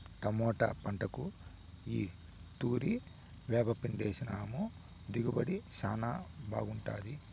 tomato పంటకు ఈ తూరి వేపపిండేసినాము దిగుబడి శానా బాగుండాది